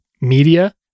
media